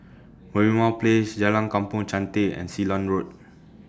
Merlimau Place Jalan Kampong Chantek and Ceylon Road